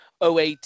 OAT